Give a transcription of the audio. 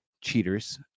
cheaters